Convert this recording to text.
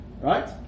right